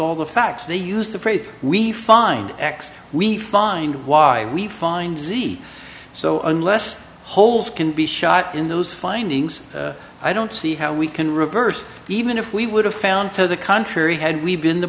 all the facts they use the phrase we find x we find why we find see so unless holes can be shot in those findings i don't see how we can reverse even if we would have found to the contrary had we been the